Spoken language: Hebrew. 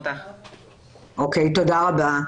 תודה רבה,